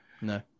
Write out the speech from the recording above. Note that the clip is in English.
No